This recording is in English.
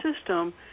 system